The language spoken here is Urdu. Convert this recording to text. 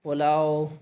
پلاؤ